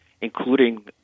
including